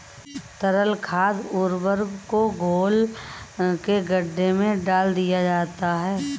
तरल खाद उर्वरक को घोल के गड्ढे में डाल दिया जाता है